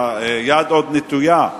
והיד עוד נטויה.